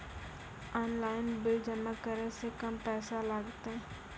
Online bill जमा करै से कम पैसा लागतै?